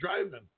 driving